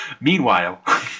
meanwhile